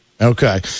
Okay